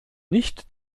nicht